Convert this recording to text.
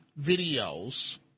videos